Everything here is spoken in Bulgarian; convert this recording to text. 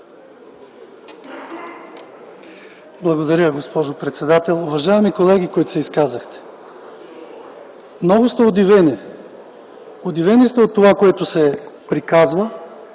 Благодаря, госпожо председател. Уважаеми колеги, които се изказахте, много сте удивени от това, което се приказва,